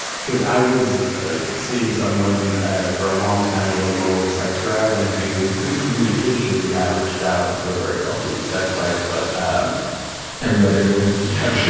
because i was ah seeing someone for a long time with a lower sex drive, and i think with good communication we averaged out into a very healthy sex life, but paul um every other year? yeah,